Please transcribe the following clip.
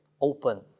open